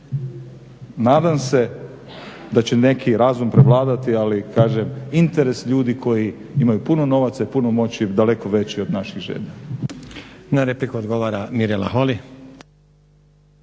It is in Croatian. nadam se da će neki razum prevladati, ali kažem, interes ljudi koji imaju puno novaca i puno moći daleko veći od naših želja. **Stazić, Nenad (SDP)** Na repliku odgovara Mirela Holy.